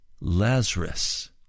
Lazarus